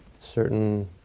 certain